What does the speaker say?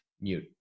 mute